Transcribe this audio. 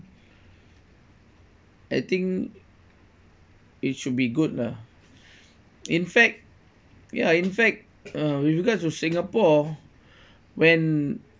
I think it should be good lah in fact ya in fact uh with regards to singapore when